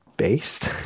based